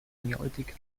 neolithic